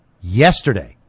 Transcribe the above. Yesterday